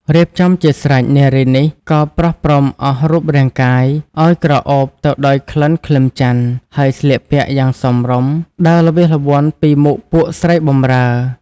រៀបចំជាស្រេចនារីនេះក៏ប្រោះព្រំអស់រូបរាងកាយ ឲ្យក្រអូបទៅដោយក្លិនខ្លឹមចន្ទន៍ ហើយស្លៀកពាក់យ៉ាងសមរម្យ ដើរល្វាសល្វន់ពីមុខពួកស្រីបម្រើ ។